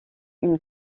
une